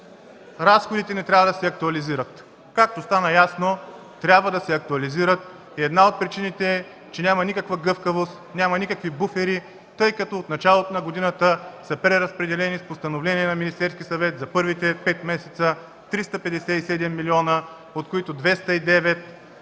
разходите не трябва да се актуализират. Както стана ясно, трябва да се актуализират. Една от причините е, че няма никаква гъвкавост, няма никакви буфери, тъй като от началото на годината са преразпределени с постановление на Министерския съвет за първите пет месеца 357 милиона, от които 209